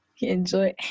Enjoy